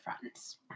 friends